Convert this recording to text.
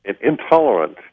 Intolerant